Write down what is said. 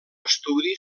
estudi